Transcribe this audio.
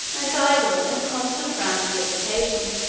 and idle in a constant round of dissipation.